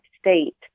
state